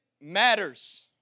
matters